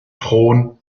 thron